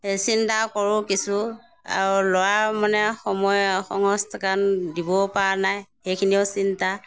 চিন্তা কৰোঁ কিছু আৰু ল'ৰা মানে সময় কাৰণ দিবও পৰা নাই সেইখিনিও চিন্তা